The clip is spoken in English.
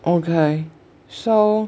okay so